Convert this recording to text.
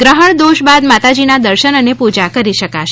ગ્રહણ દોષ બાદ માતાજીનાં દર્શન અને પૂજા કરી શકાશે